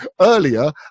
earlier